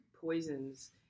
poisons